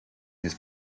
his